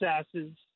assassins